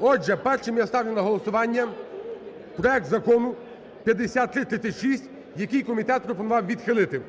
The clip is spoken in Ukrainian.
Отже, першим я ставлю на голосування проект Закону 5336, який комітет пропонував відхилити.